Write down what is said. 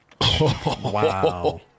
Wow